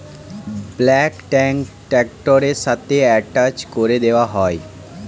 bulk tank ট্র্যাক্টরের সাথে attach করে দেওয়া হয়